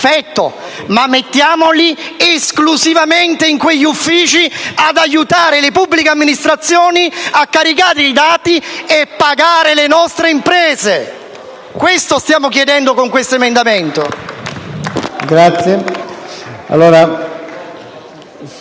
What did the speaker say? ma mettiamoli esclusivamente in quegli uffici ad aiutare le pubbliche amministrazioni a caricare i dati e a pagare le nostre imprese. Questo stiamo chiedendo con questo emendamento. (Applausi